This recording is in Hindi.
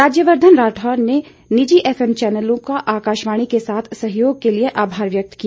राज्यवर्धन राठौड़ ने निजी एफएम चैनलों का आकाशवाणी के साथ सहयोग के लिए आभार व्यक्त किया